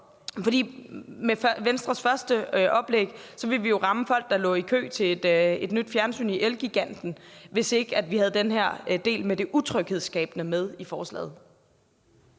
fordi med Venstres første oplæg ville vi jo ramme folk, der lå i kø til et nyt fjernsyn i Elgiganten, hvis ikke vi havde den her del med det utryghedsskabende med i forslaget.